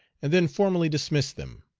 and then formally dismissed them.